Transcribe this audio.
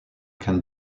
can